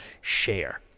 Share